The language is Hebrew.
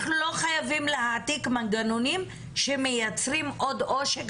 אנחנו לא חייבים להעתיק מנגנונים שמייצרים עוד עושק